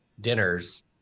dinners